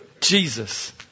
Jesus